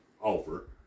offer